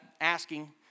asking